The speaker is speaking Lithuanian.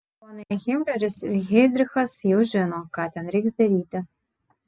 ponai himleris ir heidrichas jau žino ką ten reiks daryti